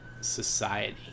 society